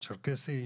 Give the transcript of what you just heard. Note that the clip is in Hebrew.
הצ'רקסי,